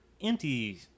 empty